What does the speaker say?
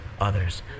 others